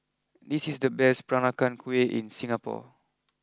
this is the best Peranakan Kueh in Singapore